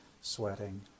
sweating